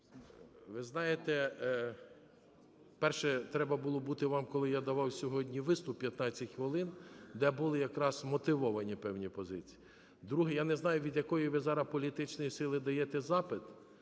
Ви знаєте, перше: треба було бути вам, коли я давав сьогодні виступ 15 хвилин, де були якраз вмотивовані певні позиції. Друге: я не знаю, від якої ви зараз політичної сили даєте запит,